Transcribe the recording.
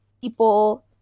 people